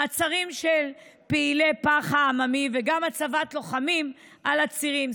מעצרים של פעילי פח"ע עממי וגם הצבת לוחמים על הצירים.